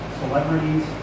celebrities